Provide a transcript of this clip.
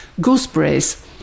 gooseberries